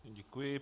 Děkuji.